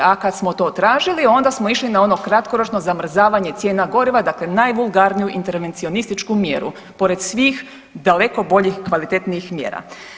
A kad smo to tražili onda smo išli na ono kratkoročno zamrzavanje cijena goriva, dakle najvulgarniju intervencionističku mjeru pored svih daleko boljih, kvalitetnijih mjera.